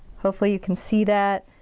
hopefully you can see that.